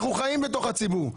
אנחנו חיים בתוך הציבור,